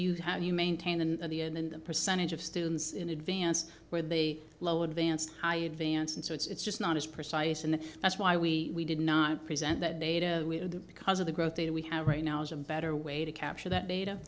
you have you maintained in the end in the percentage of students in advance where they lowered vance high advance and so it's just not as precise and that's why we did not present that data because of the growth data we have right now is a better way to capture that data